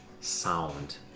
sound